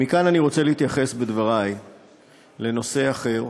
כאן אני רוצה להתייחס בדבריי לנושא אחר,